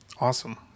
awesome